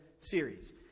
series